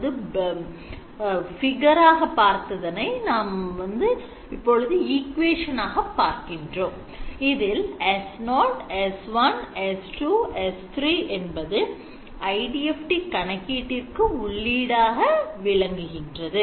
இதில் S0 S1 S2 S3 என்பது IDFT கணக்கீட்டிற்கு உள்ளீடாக விளங்குகின்றது